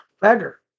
beggar